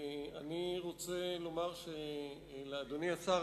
אני רוצה לומר לאדוני השר,